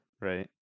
right